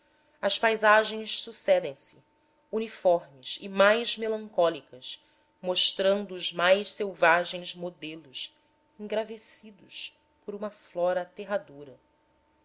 as paisagens sucedem se uniformes e mais melancólicos mostrando os mais selvagens modelos engravescidos por uma flora